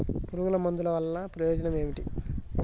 పురుగుల మందుల వల్ల ప్రయోజనం ఏమిటీ?